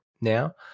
now